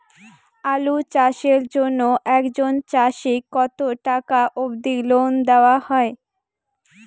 আলু চাষের জন্য একজন চাষীক কতো টাকা অব্দি লোন দেওয়া হয়?